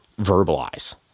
verbalize